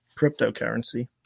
cryptocurrency